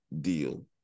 deal